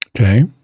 Okay